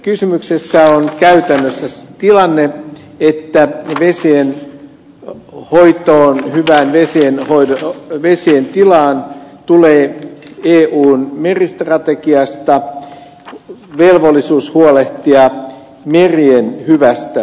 kysymyksessä on käytännössä tilanne että vesienhoitoon hyvään vesien tilaan tulee eun meristrategiasta velvollisuus huolehtia merien hyvästä tilasta